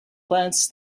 plants